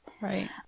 Right